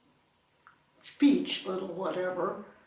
speech, little whatever,